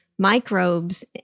microbes